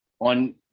on